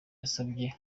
yasabye